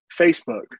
Facebook